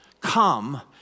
come